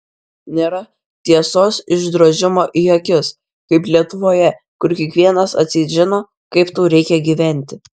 nėra tiesos išdrožimo į akis kaip lietuvoje kur kiekvienas atseit žino kaip tau reikia gyventi